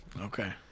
Okay